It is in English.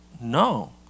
no